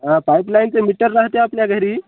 हा पाईपलाईनचं मीटर राहते आपल्या घरी